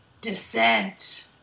Descent